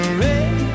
red